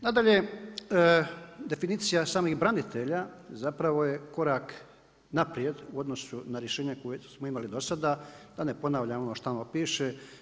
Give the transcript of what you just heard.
Nadalje, definicija samih branitelja zapravo je korak naprijed u odnosu na rješenja koja smo imali do sada, da ne ponavljam šta piše.